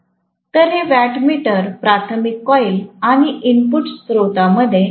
तर हे watt meter प्राथमिक कॉइल आणि इनपुट स्त्रोतामध्ये जोडलेले आहे